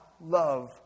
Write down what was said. love